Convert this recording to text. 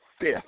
fifth